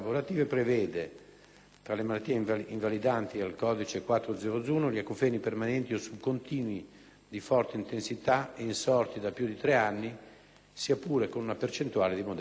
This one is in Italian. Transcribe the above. tra le malattie invalidanti, al codice 4001, gli acufeni permanenti o subcontinui di forte intensità e insorti da più di tre anni, sia pure con una percentuale di modesta entità.